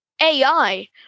AI